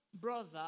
brother